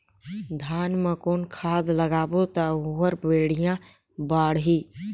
धान मा कौन खाद लगाबो ता ओहार बेडिया बाणही?